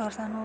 होर सानूं